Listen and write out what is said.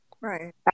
Right